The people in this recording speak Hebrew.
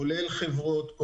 כולל חברות,